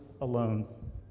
alone